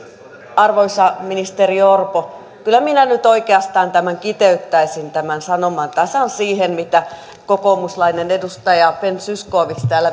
arvoisa ministeri orpo kyllä minä nyt oikeastaan tämän sanoman kiteyttäisin tasan siihen mitä kokoomuslainen edustaja ben zyskowicz